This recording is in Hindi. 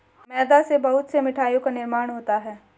मैदा से बहुत से मिठाइयों का निर्माण होता है